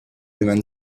woman